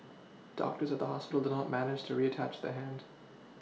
doctors at the hospital did not manage to reattach the hand